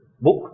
book